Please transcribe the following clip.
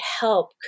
help